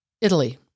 Italy